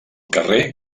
carrer